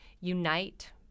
unite